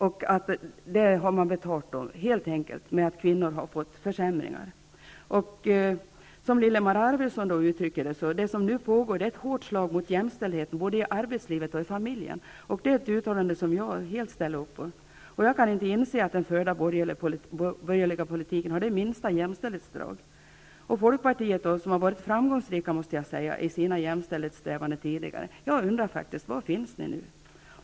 Det har man betalat genom att kvinnorna har fått försämringar. Lillemor Arvidsson säger att det som nu pågår är ett hårt slag mot jämställdheten både i arbetslivet och i familjen. Det är ett uttalande som jag helt ställer upp bakom. Jag kan inte inse att den förda borgerliga politiken har det minsta jämställdhetsdrag. Jag måste säga att Folkpartiet tidigare har varit framgångsrikt i sina jämställdhetssträvanden. Var finns ni nu?